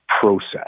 process